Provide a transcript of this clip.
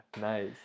Nice